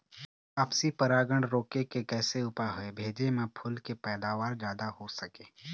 आपसी परागण रोके के कैसे उपाय हवे भेजे मा फूल के पैदावार जादा हों सके?